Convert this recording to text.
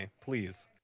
please